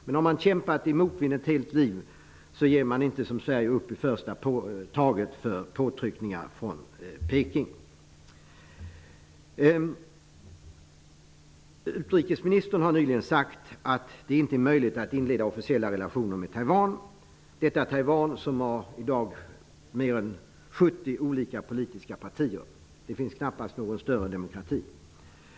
Men har man kämpat i motvind ett helt liv ger man inte, som Sverige, upp i första taget för påtryckningar från Utrikesministern har nyligen sagt att det inte är möjligt att inleda officiella relationer med Taiwan. Taiwan har i dag mer än 70 politiska partier. Det finns knappast någon större demokrati.